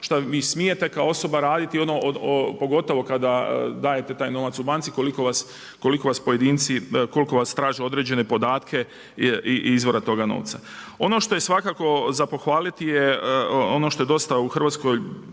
šta vi smijete kao osoba raditi, pogotovo kada dajete taj novac u banci koliko vas pojedinci, koliko vas traže određene podatke izvora toga novca. Ono što je svakako za pohvaliti ono što je dosta u Hrvatskoj